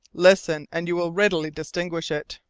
listen and you will readily distinguish it.